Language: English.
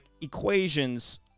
equations